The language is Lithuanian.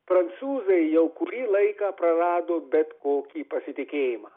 prancūzai jau kurį laiką prarado bet kokį pasitikėjimą